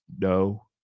no